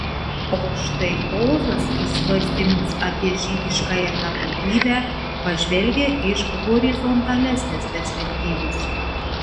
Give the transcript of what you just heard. o štai ozas į svarstymus apie žydiškąją tapatybę pažvelgia iš horizontalesnės perspektyvos